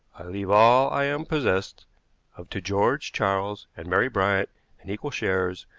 leave all i am possessed of to george, charles, and mary bryant in equal shares,